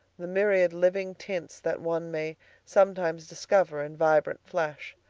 the myriad living tints that one may sometimes discover in vibrant flesh.